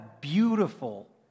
beautiful